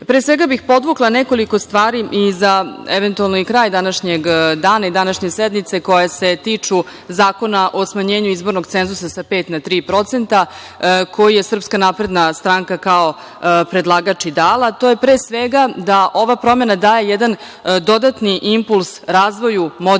svega bih podvukla nekoliko stvari i za, eventualno, kraj današnjeg dana i današnje sednice koje se tiču Zakona o smanjenju izbornog cenzusa sa 5% na 3%, koji je SNS, kao predlagač, i dala, a to je da ova promena daje jedan dodatni impuls razvoju moderne